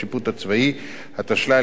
התשל"ה 1975. ברם,